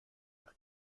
nach